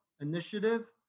initiative